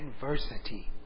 adversity